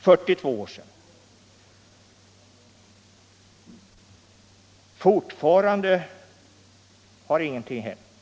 Fortfarande har ingenting hänt.